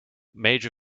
major